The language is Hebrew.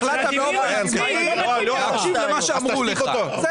החלטת באופן עצמאי להקשיב למה שאמרו לך.